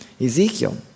Ezekiel